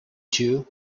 two